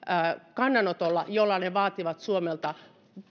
kannanotolla jolla ne vaativat suomelta